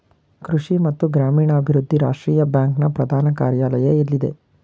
ಕೃಷಿ ಮತ್ತು ಗ್ರಾಮೀಣಾಭಿವೃದ್ಧಿ ರಾಷ್ಟ್ರೀಯ ಬ್ಯಾಂಕ್ ನ ಪ್ರಧಾನ ಕಾರ್ಯಾಲಯ ಎಲ್ಲಿದೆ?